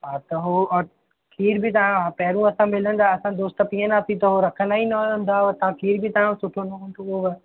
हा त उहो और खीर बि तव्हां पहिरूं असां मिलंदा असां दोस्त पीअंदासीं त उहो रखंदा ई न हूंदा हुआ तव्हां खीर बि हितांजो सुठो न हूंदो अथव